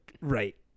right